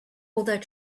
although